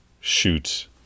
shoot